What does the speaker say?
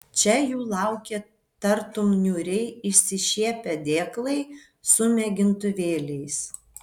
čia jų laukė tartum niūriai išsišiepę dėklai su mėgintuvėliais